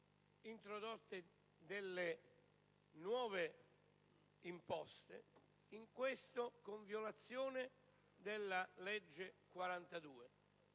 introdotte delle nuove imposte, in questo violando la legge n.